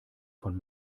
von